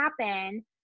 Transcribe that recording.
happen